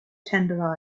tender